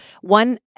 One